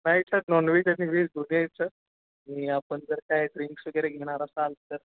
नाही sir non veg आणि veg दोन्ही आहेत सर आणि आपण जर काय ड्रिंक्स वगैरे घेणार असाल तर